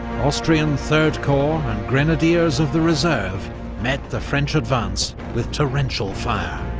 austrian third korps and grenadiers of the reserve met the french advance with torrential fire.